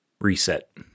reset